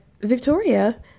Victoria